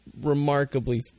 remarkably